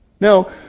Now